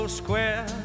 square